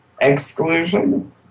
exclusion